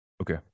okay